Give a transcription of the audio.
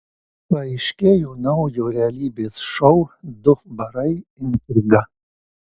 paaiškėjo naujo realybės šou du barai intriga